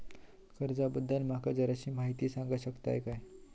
कर्जा बद्दल माका जराशी माहिती सांगा शकता काय?